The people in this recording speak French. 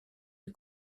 lui